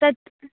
तत्